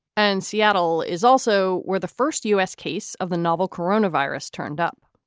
and seattle is also where the first u s. case of the novel coronavirus turned up.